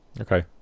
Okay